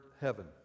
heaven